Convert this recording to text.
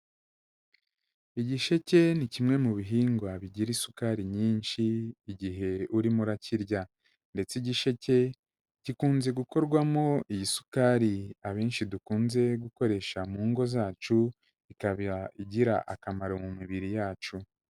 Igisheke ni kimwe mu bihingwa bigira isukari nyinshi igihe urimo urakirya ndetse igisheke gikunze gukorwamo iyi sukari abenshi dukunze gukoresha mu ngo zacu, ikaba igira akamaro mu mibiri yacu.